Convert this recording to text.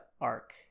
arc